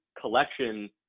collection